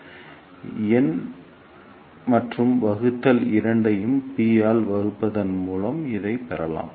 எனவே எண் மற்றும் வகுத்தல் இரண்டையும் p ஆல் வகுப்பதன் மூலம் இதைப் பெறலாம்